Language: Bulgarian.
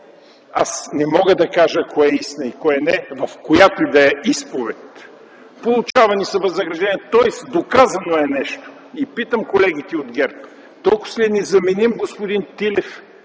аз не мога да кажа кое е истина и кое не в която и да е изповед. Получавани са възнаграждения, тоест, доказано е нещо. Питам колегите от ГЕРБ: „Толкова ли е незаменим господин Тилев